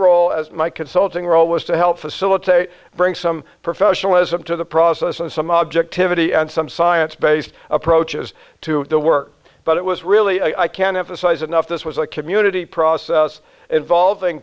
role as my consulting role was to help facilitate bring some professionalism to the process and some objectivity and some science based approaches to the work but it was really i can't emphasize enough this was a community process involving